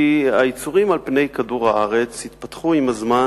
כי היצורים על פני כדור-הארץ התפתחו עם הזמן,